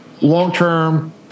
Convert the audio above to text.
long-term